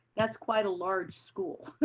that's quite a large school.